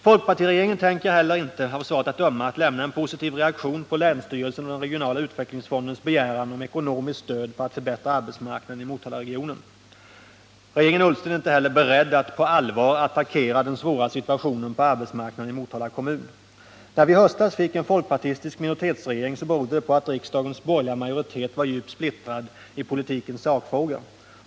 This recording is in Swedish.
Folkpartiregeringen tänker inte heller — av svaret att döma — reagera positivt på länsstyrelsens och den regionala utvecklingsfondens begäran om ekonomiskt stöd för att förbättra arbetsmarknaden i Motalaregionen. Regeringen Ullsten är inte beredd att på allvar attackera den svåra situationen på arbetsmarknaden i Motala kommun. Att vi i höstas fick en folkpartistisk minoritetsregering berodde på att riksdagens borgerliga majoritet var djupt splittrad i politikens sakfrågor.